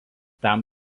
tam